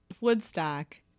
Woodstock